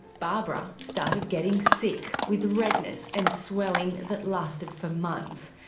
barbara started getting sick, with redness and swelling that lasted for months.